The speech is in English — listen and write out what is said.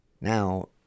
now